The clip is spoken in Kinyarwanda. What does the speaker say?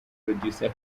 producer